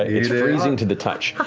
it's freezing to the touch.